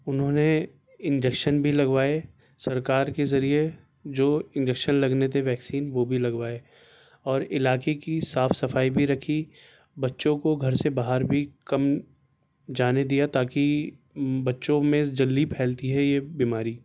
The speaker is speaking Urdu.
انہوں نےانجیکشن بھی لگوائے سرکار کے ذریعے جو انجکشن لگنے تھے ویکسین وہ بھی لگوائے اور علاقے کی صاف صفائی بھی رکھی بچوں کو گھر سے باہر بھی کم جانے دیا تاکہ بچوں میں جلدی پھیلتی ہے یہ بیماری